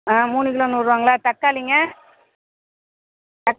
ஆ மூணு கிலோ நூறுரூவாங்களா தக்காளிங்க தக்